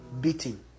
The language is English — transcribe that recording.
beating